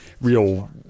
real